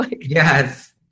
Yes